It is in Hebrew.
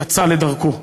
יצא לדרכו.